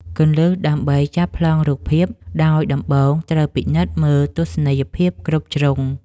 គន្លឹះដើម្បីចាប់ប្លង់រូបភាព ដោយដំបូងត្រូវពិនិត្យមើលទស្សនីយភាពគ្រប់ជ្រុង។